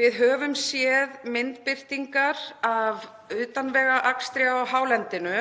Við höfum séð myndbirtingar af utanvegaakstri á hálendinu